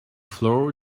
flour